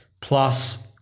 plus